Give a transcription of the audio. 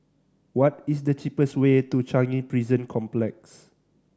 what is the cheapest way to Changi Prison Complex